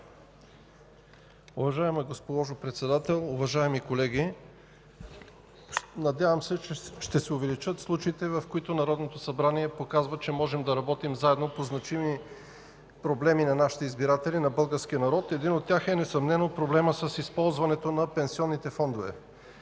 Уважаема госпожо Председател, уважаеми колеги! Надявам се, че ще се увеличат случаите, в които Народното събрание показва, че можем да работим заедно по значими проблеми на нашите избиратели, на българския народ. Един от тях е несъмнено проблемът с използването на пенсионните фондове.